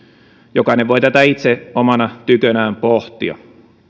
jokainen voi tätä itse omana tykönään pohtia